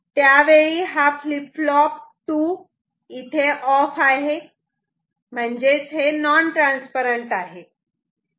त्यावेळी हा flip flop 2 of आहे म्हणजेच नॉन ट्रान्सपरंट आहे